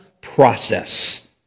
process